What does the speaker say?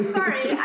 sorry